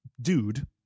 dude